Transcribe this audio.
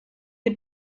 you